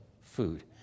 food